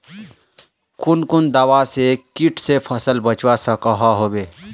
कुन कुन दवा से किट से फसल बचवा सकोहो होबे?